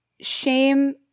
shame